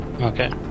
Okay